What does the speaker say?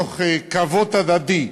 בכבוד הדדי,